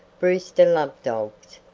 brewster loved dogs,